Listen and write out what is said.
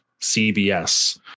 CBS